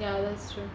ya that's true